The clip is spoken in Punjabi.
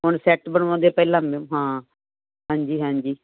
ਹੁਣ ਸੈਟ ਬਣਾਉਣ ਦੇ ਪਹਿਲਾਂ ਹਾਂ ਹਾਂਜੀ ਹਾਂਜੀ